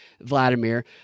Vladimir